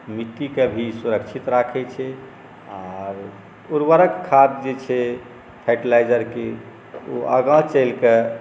मिट्टीके भी सुरक्षित राखै छै आओर उर्वरक खाद जे छै फर्टिलाइजर ओ आगाँ चलिकऽ